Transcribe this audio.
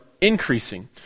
increasing